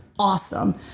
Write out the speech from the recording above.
Awesome